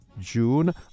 June